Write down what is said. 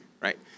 right